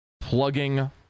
plugging